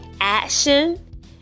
action